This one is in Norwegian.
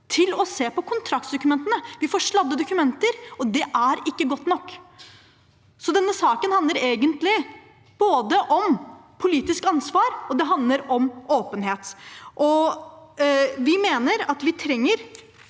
til å se på kontraktsdokumentene. Vi får sladdede dokumenter, og det er ikke godt nok. Så denne saken handler egentlig både om politisk ansvar og om åpenhet. Vi mener at vi trenger